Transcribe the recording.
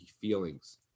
feelings